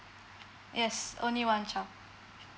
yes only one child